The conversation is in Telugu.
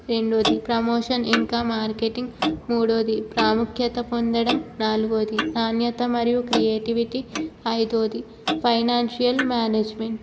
రెండవది ప్రమోషన్ ఇంకా మార్కెటింగ్ మూడవది ప్రాముఖ్యత పొందడం నాలుగవది నాణ్యత మరియు క్రియేటివిటీ ఐదువది ఫైనాన్షియల్ మేనేజ్మెంట్